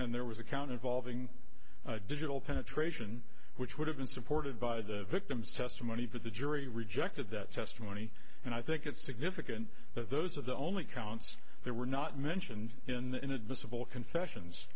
and there was a count involving digital penetration which would have been supported by the victim's testimony but the jury rejected that testimony and i think it's significant that those are the only counts there were not mentioned in the inadmissible confessions